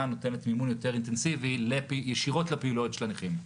נותנת מימון יותר אינטנסיבי ישירות לפעילויות של הנכים.